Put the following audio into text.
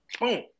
Boom